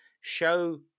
show